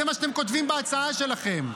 זה מה שאתם כותבים בהצבעה שלכם.